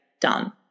done